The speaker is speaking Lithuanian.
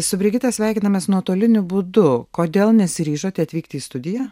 su brigita sveikinamės nuotoliniu būdu kodėl nesiryžote atvykti į studiją